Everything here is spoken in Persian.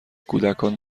کودکان